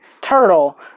Turtle